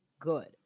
Good